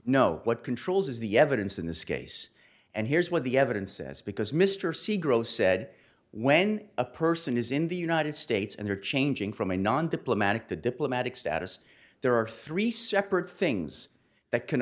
know what controls the evidence in this case and here's what the evidence says because mr c gross said when a person is in the united states and they're changing from a non diplomatic to diplomatic status there are three separate things that can